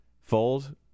fold